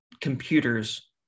computers